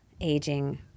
aging